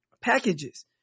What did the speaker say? packages